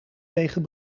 tegen